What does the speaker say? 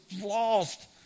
lost